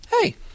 Hey